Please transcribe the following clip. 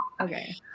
Okay